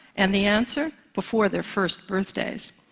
and the answer before their first birthdays.